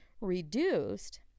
reduced